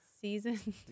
season